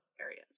areas